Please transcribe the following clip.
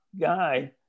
guy